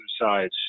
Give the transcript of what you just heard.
sides